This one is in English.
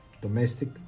domestic